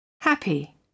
happy